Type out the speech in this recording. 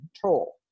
control